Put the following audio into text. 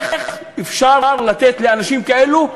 איך אפשר לתת לאנשים כאלו,